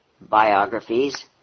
biographies